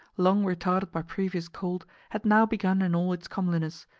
long retarded by previous cold, had now begun in all its comeliness,